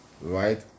right